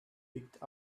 picked